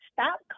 Stop